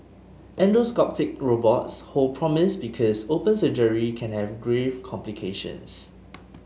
endoscopic robots hold promise because open surgery can have grave complications